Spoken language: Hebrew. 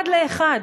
אחד לאחד.